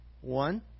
One